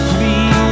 please